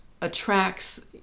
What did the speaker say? attracts